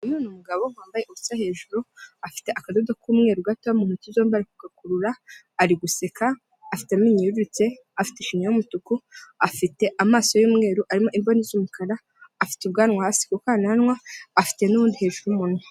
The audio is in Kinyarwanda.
Uyu ni umugabo wambaye ubusa hejuru, afite akado k'umweru gato mu ntoki zombi ari kugakurura, ari guseka, afite amenyo yerurutse afite ishinya y'umutuku, afite amaso y'umweru arimo imboni z'umukara, afite ubwanwa hasi kukananwa, afite n'ubundi hejuru w'umunwa.